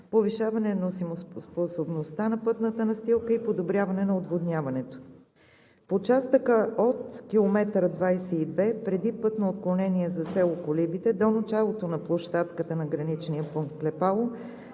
повишаване носимоспособността на пътната настилка и подобряване на отводняването. В участъка от км 22+000 – преди пътно отклонение за село Колибите, до началото на площадката на Граничния пункт „Клепало“